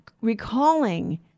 recalling